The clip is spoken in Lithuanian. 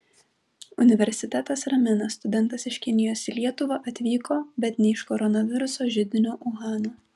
universitetas ramina studentas iš kinijos į lietuvą atvyko bet ne iš koronaviruso židinio uhano